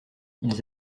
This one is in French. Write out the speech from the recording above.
ils